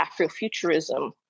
Afrofuturism